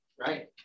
right